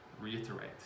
reiterate